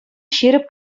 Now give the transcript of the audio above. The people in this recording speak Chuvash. ҫирӗп